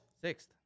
Sixth